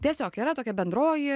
tiesiog yra tokia bendroji